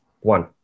One